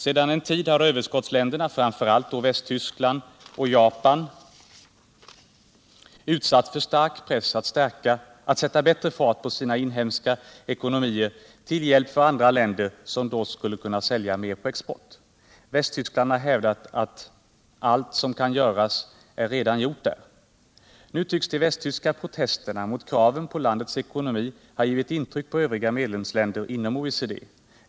Sedan en tid har överskottsländerna, framför allt Västtyskland och Japan, utsatts för stark press att sätta bättre fart på sina inhemska ekonomier till hjälp för andra länder som då skulle kunna sälja mer på export. Västtyskland har hävdat att allt som kan göras redan har gjorts där. Nu tycks de västtyska protesterna mot kraven på landets ckonomi ha gjort intryck på övriga medlemsländer inom OECD.